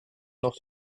noch